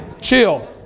chill